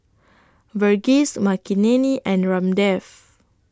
Verghese Makineni and Ramdev